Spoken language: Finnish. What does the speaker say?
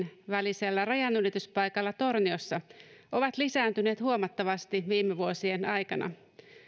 välisellä rajanylityspaikalla torniossa ovat lisääntyneet huomattavasti viime vuosien aikana